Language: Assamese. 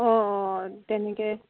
অঁ অঁ তেনেকে